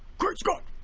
great scott!